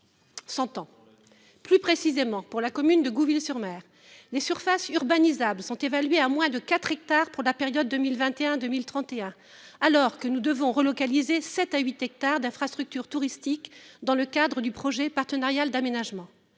cent ans ! Plus précisément, pour la commune de Gouville-sur-Mer, les surfaces urbanisables sont évaluées à moins de quatre hectares pour la période 2021-2031, alors que nous devons relocaliser sept à huit hectares d'infrastructures touristiques dans le cadre du projet partenarial d'aménagement